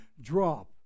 drop